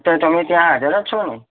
તો તમે ત્યાં હાજર જ છો ને